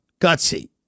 Gutsy